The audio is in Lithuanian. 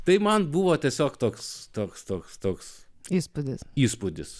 tai man buvo tiesiog toks toks toks toks įspūdis įspūdis